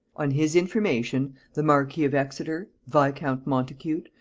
on his information, the marquis of exeter, viscount montacute,